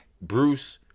Bruce